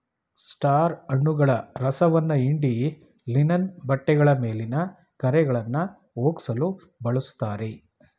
star ಹಣ್ಣುಗಳ ರಸವನ್ನ ಹಿಂಡಿ ಲಿನನ್ ಬಟ್ಟೆಗಳ ಮೇಲಿನ ಕರೆಗಳನ್ನಾ ಹೋಗ್ಸಲು ಬಳುಸ್ತಾರೆ